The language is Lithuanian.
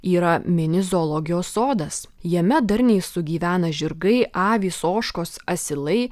yra mini zoologijos sodas jame darniai sugyvena žirgai avys ožkos asilai